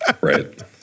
Right